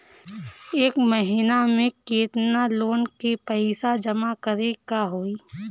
एक महिना मे केतना लोन क पईसा जमा करे क होइ?